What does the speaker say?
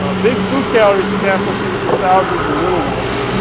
ah big food calorie is capital c, that's a thousand of the little ones.